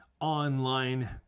online